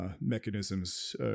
mechanisms